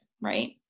Right